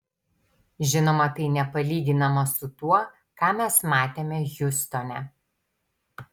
žinoma tai nepalyginama su tuo ką mes matėme hjustone